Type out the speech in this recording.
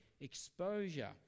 exposure